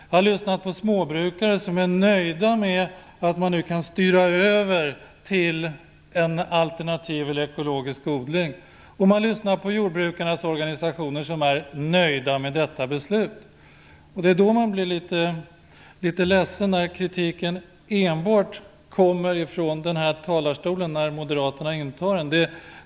Jag har lyssnat på småbrukare som är nöjda med att de nu kan styra över till en alternativ eller ekologisk odling. Jag har också lyssnat på jordbrukarnas organisationer som är nöjda med detta beslut. Därför blir man litet ledsen när kritiken enbart kommer från den här talarstolen när moderaterna intar den.